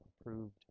approved